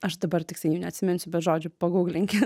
aš dabar tiksliai jų neatsiminsiu bet žodžiu paguglinkit